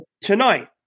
Tonight